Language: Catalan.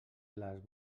les